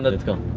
let's go.